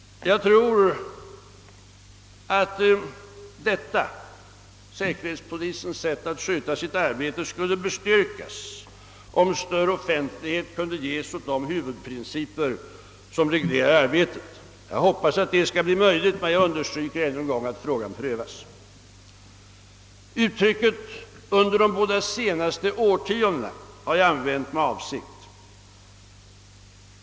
Jag tror att detta säkerhetspolisens sätt att sköta sitt arbete skulle bestyrkas, om större offentlighet kunde ges åt de huvudprinciper som reglerar arbetet. Jag hoppas att det skall bli möjligt, men jag understryker ännu en gång att frågan prövas. Uttrycket »under de båda senaste årtiondena» har jag använt med avsikt.